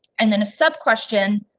and then a sub question,